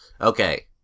Okay